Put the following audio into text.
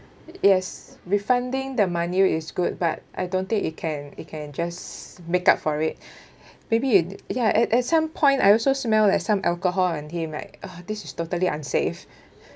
yes refunding the money is good but I don't think it can it can just make up for it maybe you ya at at some point I also smell like some alcohol on him like ah this is totally unsafe